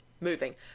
moving